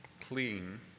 clean